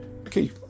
okay